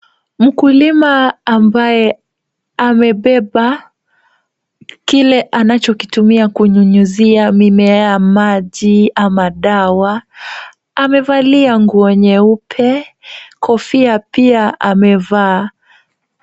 Mkulima ambaye amebeba kile anachokitumia kunyunyizia mimea maji ama dawa amevalia nguo nyeupe. Kofia pia amevaa.